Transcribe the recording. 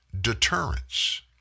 deterrence